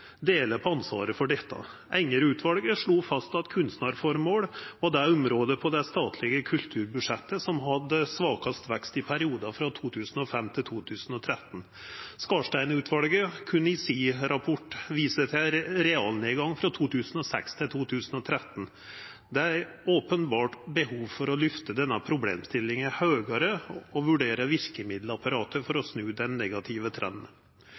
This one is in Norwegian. på ansvaret for dette. Enger-utvalet slo fast at kunstnarføremål var det området på det statlege kulturbudsjettet som hadde svakast vekst i perioden frå 2005 til 2013. Skarstein-utvalet kunne i sin rapport visa til ein realnedgang frå 2006 til 2013. Det er openbert behov for å lyfta denne problemstillinga høgare og vurdera verkemiddelapparatet for å snu den negative trenden.